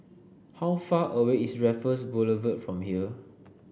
how far away is Raffles Boulevard from here